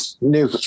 new